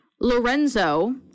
Lorenzo